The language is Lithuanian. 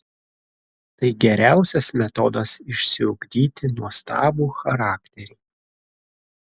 tai geriausias metodas išsiugdyti nuostabų charakterį